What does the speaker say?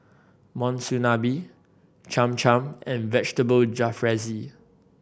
Monsunabe Cham Cham and Vegetable Jalfrezi